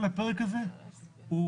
כל הפרק הזה הוא